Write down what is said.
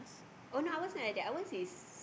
oh no ours not like that ours is